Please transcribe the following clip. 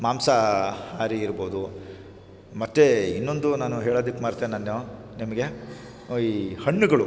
ಮಾಂಸಾಹಾರಿ ಇರ್ಬೋದು ಮತ್ತು ಇನ್ನೊಂದು ನಾನು ಹೇಳೋದಕ್ ಮರೆತೆ ನಾನು ನಿಮಗೆ ಈ ಹಣ್ಣುಗಳು